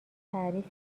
تعریف